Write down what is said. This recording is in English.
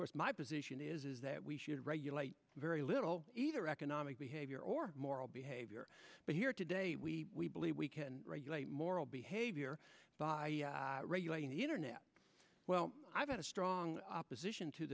course my position is is that we should regulate very little either economic behavior or moral behavior but here today we believe we can regulate moral behavior by regulating the internet well i've got a strong opposition to